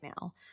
now